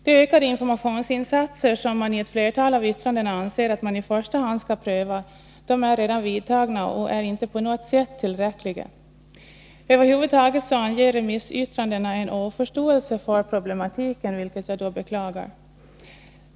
De ökade informationsinsatser som mani ett flertal av yttrandena anser att man i första hand skall pröva är redan vidtagna och inte på något sätt tillräckliga. Över huvud taget anger remissyttrandena en oförståelse för problematiken, vilket jag beklagar.